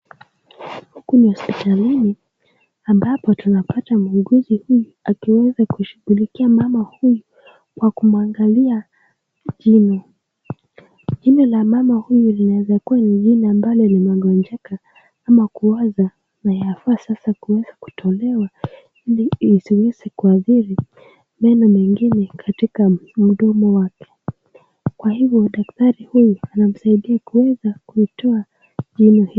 Huku ni hospitalini ambapo tunapata mhunguzi huyu akiweza anashughulikia mama huyu kwa kuangalia jino. Jino la mama huyu linaweza kua ni jino ambalo limegonjeka ama kuoza na yafaa sasa kutolewa ili isiweze kuadhiri meno mengine katika mdomo wake. Kwa hivyo daktari huyu anamsaidia kuweza kuitoa jino hili.